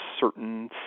certain